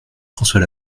françois